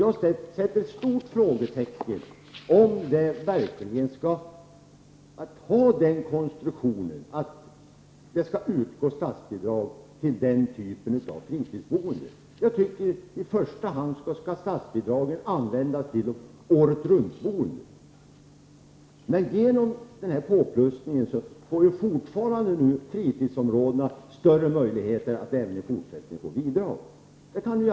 Jag sätter ett stort frågetecken för om vi verkligen skall ha konstruktionen att statsbidrag skall utgå till den typen av fritidsboende. Jag tycker att statsbidrag i första hand skall användas till året-runt-boende. Genom detta tillägg får fritidsområdena fortfarande större möjligheter att få bidrag.